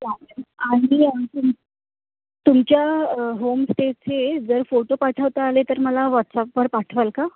चालेल आणि तुम तुमच्या होमस्टेचे जर फोटो पाठवता आले तर मला व्हॉट्सअपवर पाठवाल का